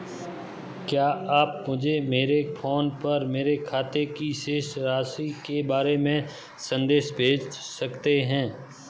क्या आप मुझे मेरे फ़ोन पर मेरे खाते की शेष राशि के बारे में संदेश भेज सकते हैं?